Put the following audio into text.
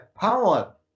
power